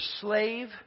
slave